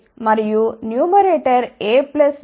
మరియు numerator A B C D